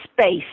space